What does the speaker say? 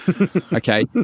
okay